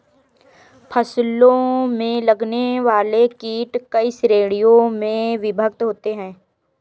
फसलों में लगने वाले कीट कई श्रेणियों में विभक्त होते हैं